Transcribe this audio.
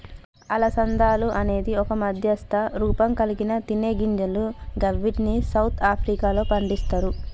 అలసందలు అనేది ఒక మధ్యస్థ రూపంకల్గిన తినేగింజలు గివ్విటిని సౌత్ ఆఫ్రికాలో పండిస్తరు